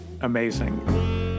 amazing